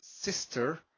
sister